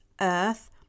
Earth